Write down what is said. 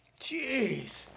Jeez